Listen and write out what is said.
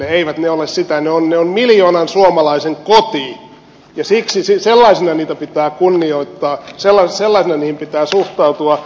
eivät ne ole sitä ne ovat miljoonan suomalaisen koti ja sellaisina niitä pitää kunnioittaa sellaisina niihin pitää suhtautua